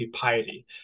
piety